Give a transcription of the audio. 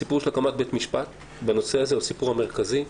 הסיפור של הקמת בית משפט בנושא הזה הוא הסיפור המרכזי,